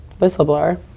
Whistleblower